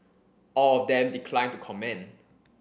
all of them declined to comment